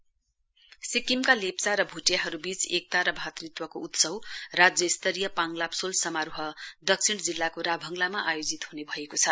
पाङ लाब्सोल सिक्किमका लेप्चा र भुटियाहरू बीच एकता र भातृत्वको उत्सव राज्य स्तरीय पाङ लाब्सोल समारोह दक्षिण जिल्लाको राभङलामा आयोजित हुने भएको छ